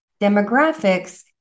Demographics